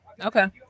Okay